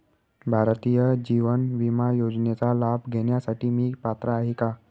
भारतीय जीवन विमा योजनेचा लाभ घेण्यासाठी मी पात्र आहे का?